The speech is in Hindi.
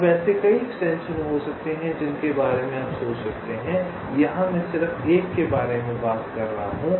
अब ऐसे कई एक्सटेंशन हो सकते हैं जिनके बारे में आप सोच सकते हैं यहां मैं सिर्फ एक के बारे में बात कर रहा हूं